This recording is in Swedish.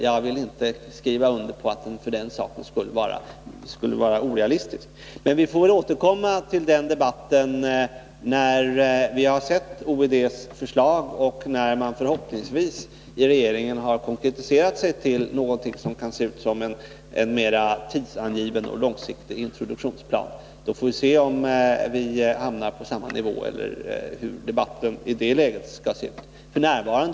Jag vill inte skriva under på att jag för den sakens skull skulle vara orealistisk. Men vi får återkomma till den debatten när vi har sett OED:s förslag och när man förhoppningsvis i regeringen har konkretiserat sig till någonting som kan se ut som en mera tidsbestämd och långsiktig introduktionsplan. Då får vi se om vi hamnar på samma nivå eller hur vi i det läget skall föra debatten.